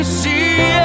see